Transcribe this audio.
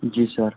जी sir